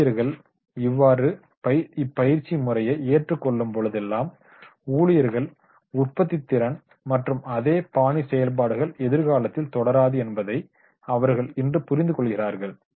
ஊழியர்கள் இப்பயிற்சி முறையை ஏற்றுக்கொள்ளும் பொழுதெல்லாம் ஊழியர்கள் உற்பத்தித்திறன் மற்றும் அதே பாணி செயல்பாடுகள் எதிர்காலத்தில் தொடராது என்பதை அவர்கள் இன்று புரிந்துகொள்கிறார்கள்